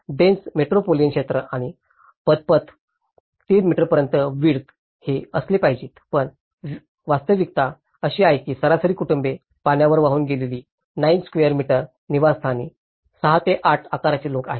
dense metropolitan क्षेत्रे आणि पदपथ 3 मीटर विड्थ चे असले पाहिजेत पण वास्तविकता अशी आहे की सरासरी कुटुंबे पाण्यावर वाहून गेलेल्या 9 स्केअर मीटर निवासस्थानी 6 ते 8 आकाराचे लोक आहेत